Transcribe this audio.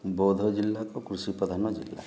ବଉଦ ଜିଲ୍ଲା ଏକ କୃଷିପ୍ରଧାନ ଜିଲ୍ଲା